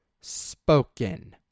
spoken